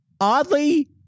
Oddly